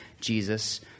Jesus